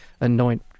anoint